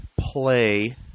play